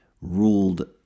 ruled